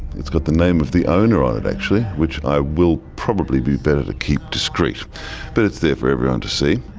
it's got the name of the owner on it actually which i will probably be better to keep discreet but it's there for everyone to see.